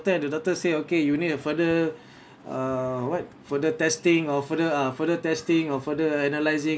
the doctor say okay you need a further uh what further testing or further ah further testing or further analysing